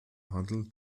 handel